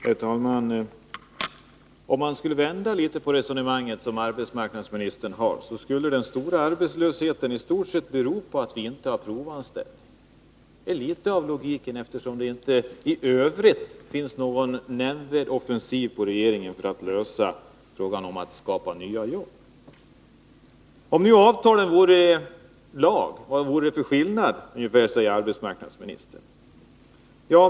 Herr talman! Om man vänder litet på arbetsmarknadsministerns resonemang, så skulle den stora arbetslösheten i stort sett bero på att vi inte har provanställning. Det blir ju den logiska slutsatsen, eftersom regeringen inte i övrigt har varit nämnvärt offensiv när det gäller att lösa frågan om att skapa nya jobb. Vad är det för skillnad om det som finns i avtalen nu skrivs in i lag? frågar arbetsmarknadsministern.